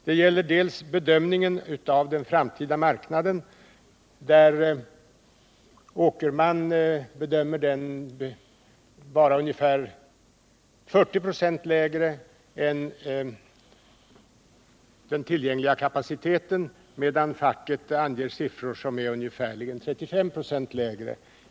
Det gäller dels bedömningen av den framtida marknaden, som Johan Åkerman bedömer vara ungefär 40 96 lägre än den tillgängliga kapaciteten, medan facken anger siffror som är ungefärligen 35 96 lägre.